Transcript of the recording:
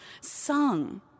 sung